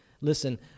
Listen